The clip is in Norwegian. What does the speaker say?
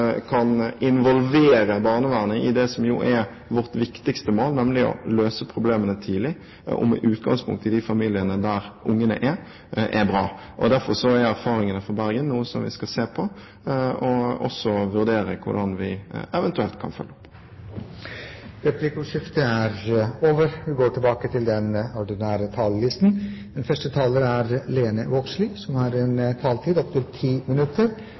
kan involvere barnevernet i det som jo er vårt viktigste mål, nemlig å løse problemene tidlig og med utgangspunkt i de familiene der barna er, er bra. Derfor er erfaringene fra Bergen noe som vi skal se på, og også vurdere hvordan vi eventuelt kan følge opp. Replikkordskiftet er